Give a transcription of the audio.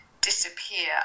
disappear